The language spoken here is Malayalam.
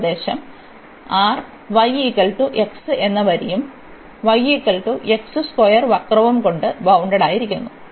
ഈ പ്രദേശം R എന്ന വരിയും വക്രവും കൊണ്ട് ബൌണ്ടഡായിരിക്കുന്നു